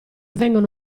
vengono